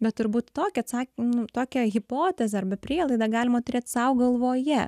bet turbūt tokį atsakymą tokią hipotezę arba prielaidą galima turėt sau galvoje